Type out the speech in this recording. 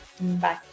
Bye